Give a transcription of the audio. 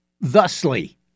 thusly